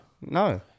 No